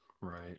right